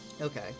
Okay